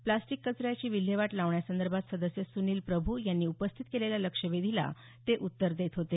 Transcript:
plastic कचऱ्याची विल्हेवाट लावण्यासंदर्भात सदस्य सुनील प्रभू यांनी उपस्थित केलेल्या लक्षवेधीला ते उत्तर देत होते